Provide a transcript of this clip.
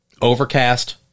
Overcast